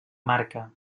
marca